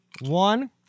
one